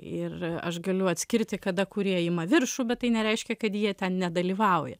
ir aš galiu atskirti kada kurie ima viršų bet tai nereiškia kad jie ten nedalyvauja